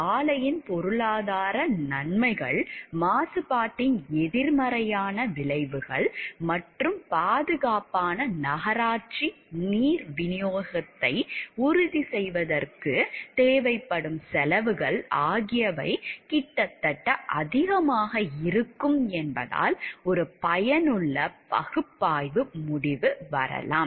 ஆலையின் பொருளாதார நன்மைகள் மாசுபாட்டின் எதிர்மறையான விளைவுகள் மற்றும் பாதுகாப்பான நகராட்சி நீர் விநியோகத்தை உறுதி செய்வதற்குத் தேவைப்படும் செலவுகள் ஆகியவை கிட்டத்தட்ட அதிகமாக இருக்கும் என்பதால் ஒரு பயனுள்ள பகுப்பாய்வு முடிவு வரலாம்